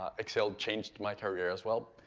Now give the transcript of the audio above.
ah excel changed my career as well.